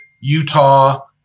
Utah